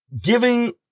giving